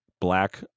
Black